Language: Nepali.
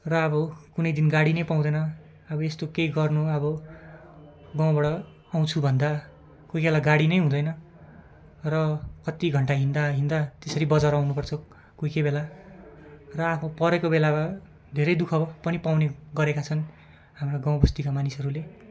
र अब कुनै दिन गाडी नै पाउँदैन अब यस्तो केही गर्नु अब गाउँबाट आउँछु भन्दा कोही कोही बेला गाडी नै हुँदैन र कत्ति घन्टा हिँड्दा हिँड्दा त्यसरी बजार आउनुपर्छ कोही कोही बेला र आफू परेको बेलामा धेरै दुःख पनि पाउने गरेका छन् हाम्रा गाउँ बस्तीका मानिसहरूले